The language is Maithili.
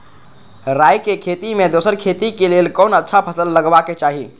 राय के खेती मे दोसर खेती के लेल कोन अच्छा फसल लगवाक चाहिँ?